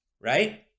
Right